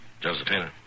Josephina